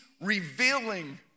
revealing